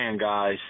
guys